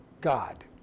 God